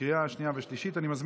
לקריאה השנייה והשלישית.